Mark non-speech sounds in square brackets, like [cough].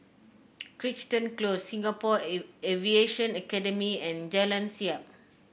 Crichton Close Singapore [unintelligible] Aviation Academy and Jalan Siap